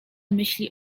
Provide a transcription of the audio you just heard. myśli